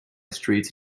streets